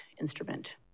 instrument